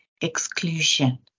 Exclusion